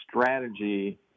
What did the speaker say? strategy